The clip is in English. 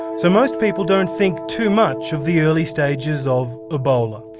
so most people don't think too much of the early stages of ebola.